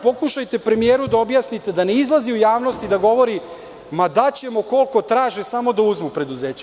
Pokušajte premijeru da objasnite da ne izlazi u javnost i da govori – daćemo koliko traže, samo da uzmu preduzeća.